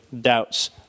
doubts